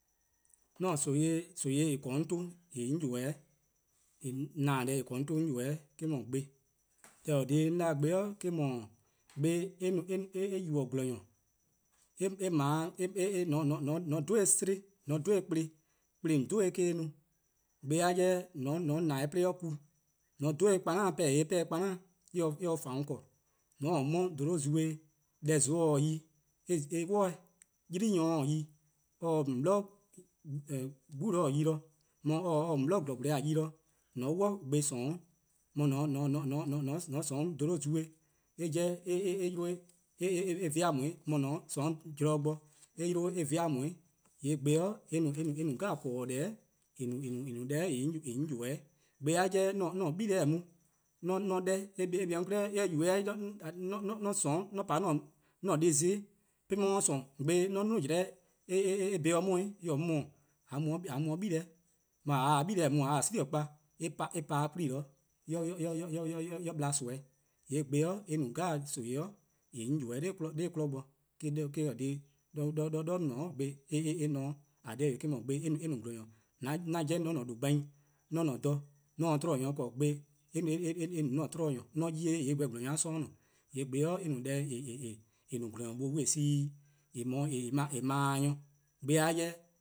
'An-a nimi, nimi :eh :korn-a 'on 'ton 'on ybeh-a :eh :korn-a :na-dih-eh :korn-a 'on 'ton 'on ybeh-a eh-: 'dhu 'gbe-'. Deh :eh :korn-a dhih 'de 'on 'da-a' gbe-' eh-: 'dhu, gbe eh yubo: :gwlor-nyor:, :mor :on 'dhu-dih-eh kplen, kplan :on 'dhu-dih-eh me-: eh no, gbe-a 'jeh :mor :on na-dih-eh 'de eh 'yu ku, :mor :on 'dhu-dih-eh 'o 'zorn 'pehn-dih 'da, :yee' 'de eh pehn-dih eh se :fano' :korn, :mor :on :taa 'mo dholo-' zuee' :mor deh zon ta 'de yi :yee' eh 'wor-or, :mor 'yli-' ta 'de yi :mor or :ta 'de on 'bli 'gbu 'de-a yi-dih, :mor mor or :taa 'de :gwlea' ka-a yi-dih, :mor :on 'ya gbe :sorn 'weh, mor :mor :on :sorn dholo-' zuee' eh 'jeh eh yi-' 'de eh vean' :on 'weh, :mor mor :on :sorn zorn bo eh 'yle eh vean 'weh. :yee' gbe-' eh no :korn-: deh 'jeh :eh no-a deh 'on ybeh-a. Gbe-a 'jeh :mor 'on :taa 'gle mu, :mor 'on 'da-eh eh kpa 'o 'on 'klei' 'weh, eh yubo-eh 'jeh :mor 'on :sorn 'on pa 'an-a deh zon+ 'de 'on 'ye-a :sorn, gbe :mor 'on 'duo: 'jlehn, gbe eh bhele: 'o 'on 'klei' 'weh, mor :mor :a :taa gle mu :a :taa gwie' kpa eh pa-dih 'kwla+-dih eh no nimi dih, :yee' gbe-' eh no nimi 'jeh :eh 'on ybeh nor 'kmo bo, eh-: :korn dhih :dha 'on :ne-a 'de gbe eh ne 'o, :yee' eh 'dhu gbe eh no :gwlor-nyor:, 'an 'jeh :mor 'on :ne :due' gbai 'on :ne 'o dha, :mor 'on se dhih 'tmo, gbe eh no 'an-a' dhih 'tmo :nyor, :mor 'on 'ye-eh :yee' eh gweh nyor-a 'sororn' :nor, :yee' 'gbe-' eh no deh eh no-a :gwlor-nyor dee see :eh 'kpa-a nyor bo. Gbe-a 'jeh